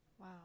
Wow